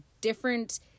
different